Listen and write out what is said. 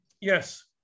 Yes